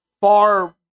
far